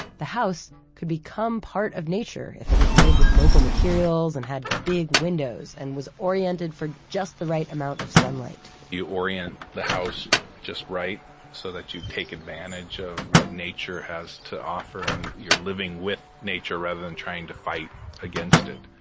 the house could become part of nature if it was made with local materials and had big windows and was oriented for just the right amount of sunlight you orient the house just right so that you take advantage of what nature has to offer and you're living with nature rather than trying to fight against it.